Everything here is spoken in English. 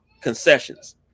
concessions